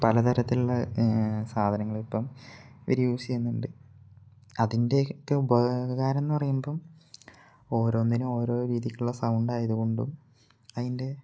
പലതരത്തിലുള്ള സാധനങ്ങൾ ഇപ്പം ഇവർ യൂസ് ചെയ്യുന്നുണ്ട് അതിൻ്റെ ഒക്കെ ഉപകാരം എന്നു പറയുമ്പം ഓരോന്നിനും ഓരോ രീതിക്കുള്ള സൗണ്ടായത് കൊണ്ടും അതിൻ്റെ